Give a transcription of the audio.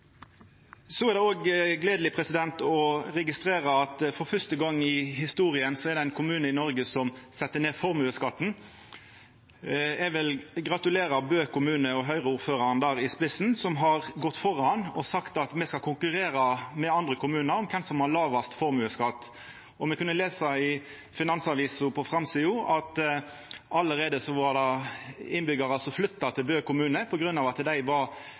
Så er det òg gledeleg å registrera at for fyrste gong i historia er det ein kommune i Noreg som set ned formuesskatten. Eg vil gratulera Bø kommune og Høgre-ordføraren der, som har gått føre og sagt at dei skal konkurrera med andre kommunar om kven som har lågast formuesskatt. Og me kunne lesa i Finansavisen, på framsida, at det allereie var innbyggjarar som flytta til Bø kommune fordi dei var